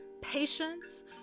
patience